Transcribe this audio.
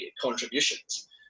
contributions